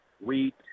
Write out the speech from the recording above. wheat